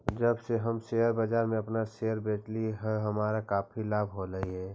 जब से हम शेयर बाजार में अपन शेयर बेचली हे हमारा काफी लाभ होलई हे